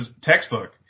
Textbook